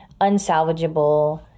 unsalvageable